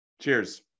Cheers